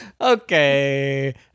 Okay